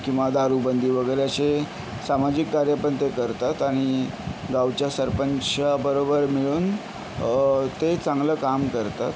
किंवा दारूबंदी वगैरे असे सामाजिक कार्यपण ते करतात आणि गावच्या सरपंचाच्या बरोबर मिळून ते चांगलं काम करतात